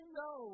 no